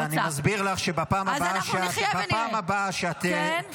אז אני מסביר לך שבפעם הבאה שאת -- אנחנו נחיה ונראה.